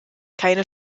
keine